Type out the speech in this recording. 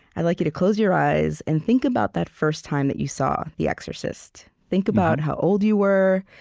i'd like you to close your eyes and think about that first time that you saw the exorcist. think about how old you were,